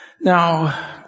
Now